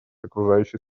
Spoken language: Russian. окружающей